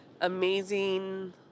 amazing